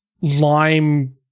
lime